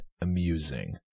amusing